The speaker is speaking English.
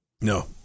No